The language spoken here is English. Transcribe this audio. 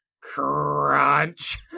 crunch